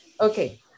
okay